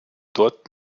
dort